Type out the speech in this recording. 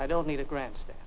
i don't need to grandstand